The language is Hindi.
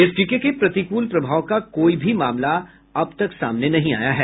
इस टीके के प्रतिकूल प्रभाव का कोई भी मामला सामने नहीं आया है